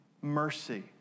mercy